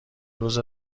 روز